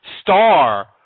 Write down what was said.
Star